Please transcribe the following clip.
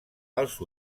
els